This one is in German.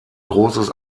großes